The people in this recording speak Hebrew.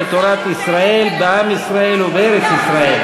ובא לציון גואל.